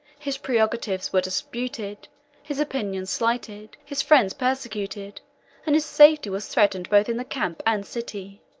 his prerogatives were disputed his opinions slighted his friends persecuted and his safety was threatened both in the camp and city.